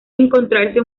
encontrarse